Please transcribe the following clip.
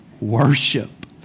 worship